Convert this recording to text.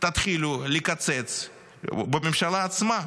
תתחילו לקצץ בממשלה עצמה.